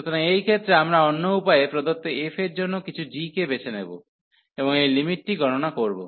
সুতরাং এই ক্ষেত্রে আমরা অন্য উপায়ে প্রদত্ত f এর জন্য কিছু g কে বেছে নেব এবং এই লিমিটটি গণনা করব